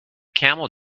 camel